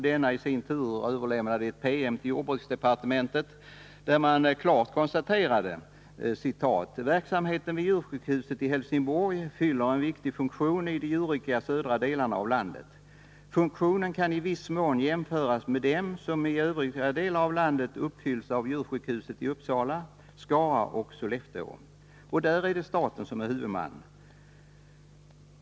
Denna i sin tur överlämnade en PM till jordbruksdepartementet där det klart konstaterades: ”Verksamheten vid djursjukhuset i Helsingborg fyller en viktig funktion i de djurrika södra delarna av landet. Funktionen kan i viss mån jämföras med den som i övriga delar av landet uppfylls av djursjukhusen i Uppsala, Skara och Sollefteå, där staten är huvudman.